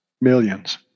millions